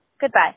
Goodbye